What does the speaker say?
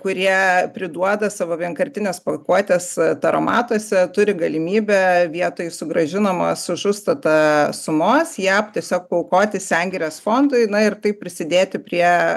kurie priduoda savo vienkartines pakuotes taromatuose turi galimybę vietoj sugrąžinamos už užstatą sumos ją tiesiog paaukoti sengirės fondui na ir taip prisidėti prie